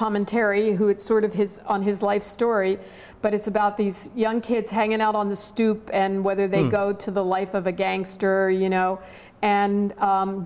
palminteri who had sort of his on his life story but it's about these young kids hanging out on the stoop and whether they go to the life of a gangster you know and